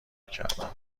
کردم